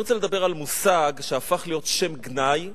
אני רוצה לדבר על מושג שהפך להיות שם גנאי,